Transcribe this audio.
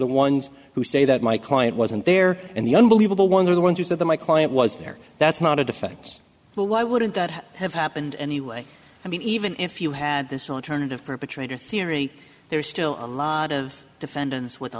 the ones who say that my client wasn't there and the unbelievable ones are the ones who said that my client was there that's not a defects but why wouldn't that have happened anyway i mean even if you had this alternative perpetrator theory there's still a lot of defendants with a